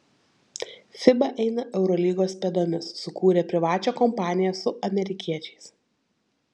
fiba eina eurolygos pėdomis sukūrė privačią kompaniją su amerikiečiais